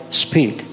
speed